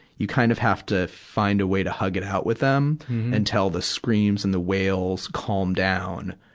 you kind of have to find a way to hug it out with them until the screams and the wails calm down,